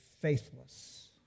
faithless